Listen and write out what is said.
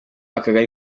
akagari